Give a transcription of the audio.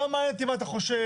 לא מעניין אותי מה אתה חושב,